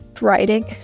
writing